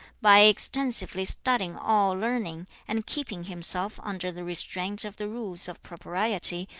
by extensively studying all learning, and keeping himself under the restraint of the rules of propriety,